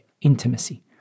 intimacy